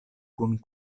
kun